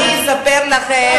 ממש לא זה.